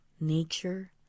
Nature